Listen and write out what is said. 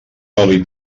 oli